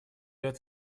ряд